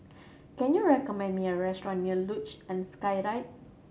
can you recommend me a restaurant near Luge and Skyride